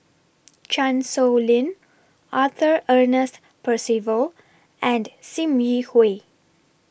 Chan Sow Lin Arthur Ernest Percival and SIM Yi Hui